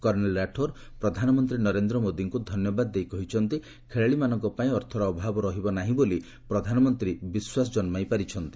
କର୍ଷ୍ଣେଲ୍ ରାଠୋର୍ ପ୍ରଧାନମନ୍ତ୍ରୀ ନରେନ୍ଦ୍ର ମୋଦିଙ୍କ ଧନ୍ୟବାଦ ଦେଇ କହିଛନ୍ତି ଖେଳାଳିମାନଙ୍କ ପାଇଁ ଅର୍ଥର ଅଭାବ ରହିବ ନାହିଁ ବୋଲି ପ୍ରଧାନମନ୍ତ୍ରୀ ବିଶ୍ୱାସ କନ୍ନାଇ ପାରିଛନ୍ତି